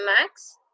max